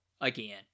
again